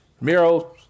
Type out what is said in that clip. Miro